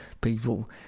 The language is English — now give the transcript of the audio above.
people